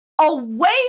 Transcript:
away